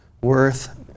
Worth